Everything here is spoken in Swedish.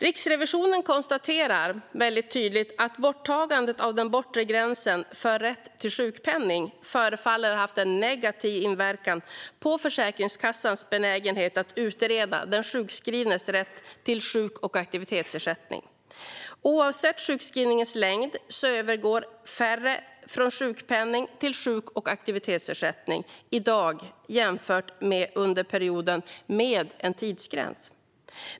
Riksrevisionen konstaterar att borttagandet av den bortre gränsen för rätt till sjukpenning förefaller ha haft negativ inverkan på Försäkringskassans benägenhet att utreda den sjukskrivnes rätt till sjuk och aktivitetsersättning. Oavsett sjukskrivningens längd övergår färre från sjukpenning till sjuk och aktivitetsersättning i dag än under perioden med en tidsgräns.